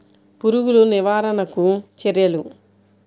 పురుగులు నివారణకు చర్యలు?